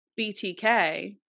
BTK